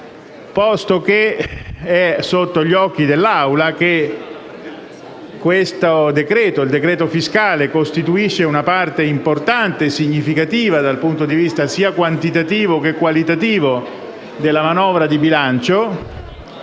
comunque sotto gli occhi dell'Assemblea che il decreto-legge fiscale costituisce una parte importante, significativa dal punto di vista sia quantitativo che qualitativo, della manovra di bilancio